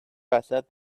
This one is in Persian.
وسط